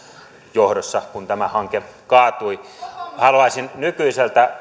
johdossa kun tämä hanke kaatui haluaisin nykyiseltä